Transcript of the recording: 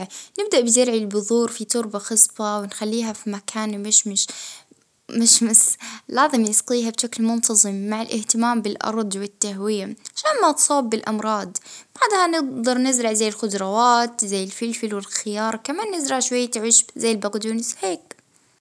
ونسجيها اه بانتظام اه ونستنا أمتى وجت يجي الحصاد.